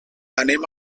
anem